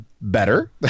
better